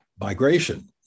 migration